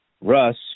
Russ